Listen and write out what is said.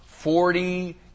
Forty